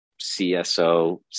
CSO